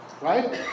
right